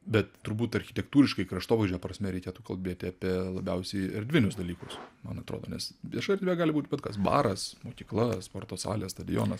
bet turbūt architektūriškai kraštovaizdžio prasme reikėtų kalbėti apie labiausiai erdvinius dalykus man atrodo nes vieša erdvė gali būti bet kas baras mokykla sporto salė stadionas